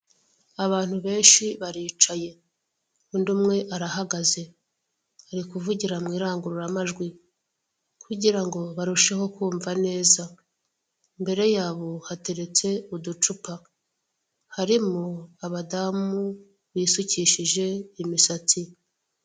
Abantu benshi baricaye undi umwe arahagaze ari kuvugira mu irangururamajwi kugira ngo barusheho kumva neza, imbere yabo hateretse uducupa harimo abadamu bisukishije imisatsi.